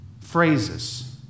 phrases